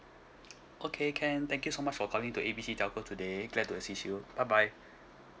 okay can thank you so much for calling in to A B C telco today glad to assist you bye bye